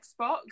Xbox